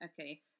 Okay